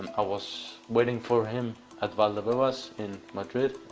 i was waiting for him at valdebebas in madrid.